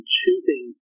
choosing